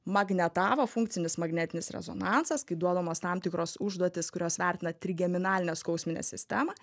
magnetavo funkcinis magnetinis rezonansas kai duodamos tam tikros užduotys kurios vertina trigeminalinę skausminę sistemą